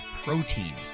Protein